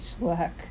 luck